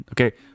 Okay